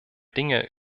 dinge